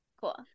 Cool